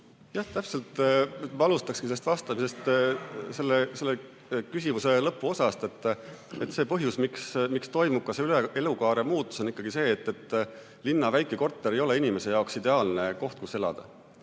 täpselt. Ma alustangi vastamist selle küsimuse lõpuosast. Põhjus, miks toimub üle elukaare muutus, on ikkagi see, et linna väike korter ei ole inimese jaoks ideaalne koht, kus elada.